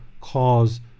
cause